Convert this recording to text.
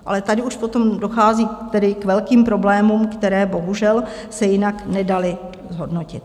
Ale tady už potom dochází tedy k velkým problémům, které se bohužel jinak nedaly zhodnotit.